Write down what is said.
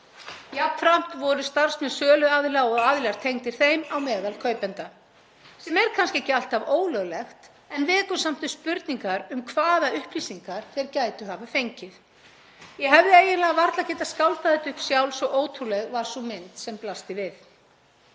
Jafnframt voru starfsmenn söluaðila og aðilar tengdir þeim á meðal kaupenda, sem er kannski ekki alltaf ólöglegt en vekur samt upp spurningar um hvaða upplýsingar þeir gætu hafa fengið. Ég hefði eiginlega varla getað skáldað þetta upp sjálf, svo ótrúleg var sú mynd sem blasti við.